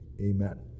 Amen